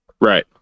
Right